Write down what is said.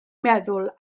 meddwl